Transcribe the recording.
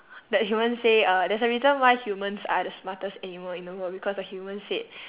that human say uh there's a reason why humans are the smartest animal in the world because the human said